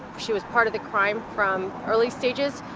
she was part of the crime from early stages,